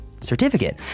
certificate